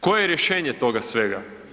Koje je rješenje toga svega?